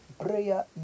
Prayer